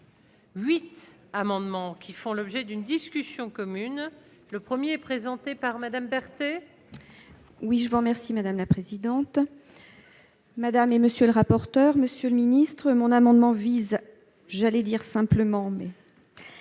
8 amendements qui font l'objet d'une discussion commune le 1er présenté par Madame Berthe et. Oui, je vous remercie, madame la présidente, madame et monsieur le rapporteur, monsieur le ministre, mon amendement vise, j'allais dire, simplement mais